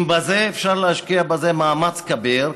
אם בזה אפשר להשקיע מאמץ כביר,